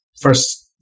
first